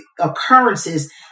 occurrences